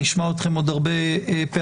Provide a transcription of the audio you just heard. נשמע אתכם עוד הרבה פעמים,